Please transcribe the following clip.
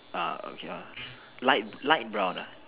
ah okay lor light light brown ah